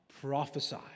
Prophesy